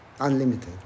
unlimited